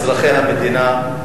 אזרחי המדינה,